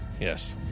yes